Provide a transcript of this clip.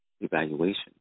evaluation